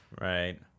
right